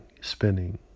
spinning